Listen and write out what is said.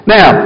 Now